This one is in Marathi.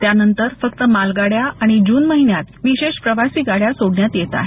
त्यानंतर फक्त माल गाडय़ा आणि जून महिन्यत विशेष प्रवासी गाडय़ा सोडण्यात येत आहेत